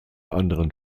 anderen